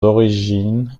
origines